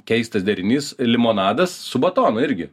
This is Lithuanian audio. keistas derinys limonadas su batonu irgi